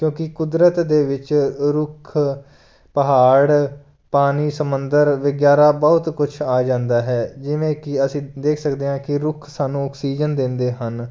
ਕਿਉਂਕਿ ਕੁਦਰਤ ਦੇ ਵਿੱਚ ਰੁੱਖ ਪਹਾੜ ਪਾਣੀ ਸਮੁੰਦਰ ਵਗੈਰਾ ਬਹੁਤ ਕੁਛ ਆ ਜਾਂਦਾ ਹੈ ਜਿਵੇਂ ਕਿ ਅਸੀਂ ਦੇਖ ਸਕਦੇ ਹਾਂ ਕਿ ਰੁੱਖ ਸਾਨੂੰ ਆਕਸੀਜਨ ਦਿੰਦੇ ਹਨ